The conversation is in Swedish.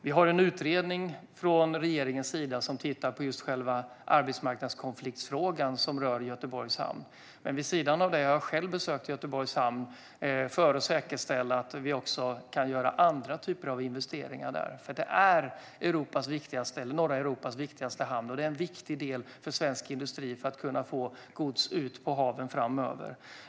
Vi har en utredning från regeringens sida som tittar på själva arbetsmarknadskonfliktsfrågan, som rör Göteborgs hamn. Men vid sidan av det har jag själv besökt Göteborgs hamn för att säkerställa att vi också kan göra andra typer av investeringar där. Det är norra Europas viktigaste hamn, och den är viktig för att svensk industri ska kunna få ut gods på haven framöver.